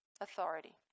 Authority